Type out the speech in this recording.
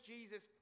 Jesus